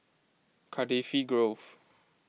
Cardifi Grove